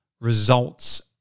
results